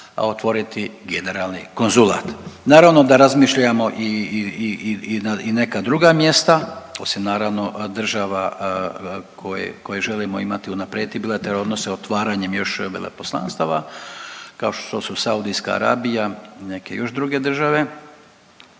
otvoriti generalni konzulat. Naravno da razmišljamo i, i, i na neka druga mjesta osim naravno država koje, koje želimo imati i unaprijediti bilateralne odnose otvaranjem još veleposlanstva kao što su Saudijska Arabija i neke još druge države,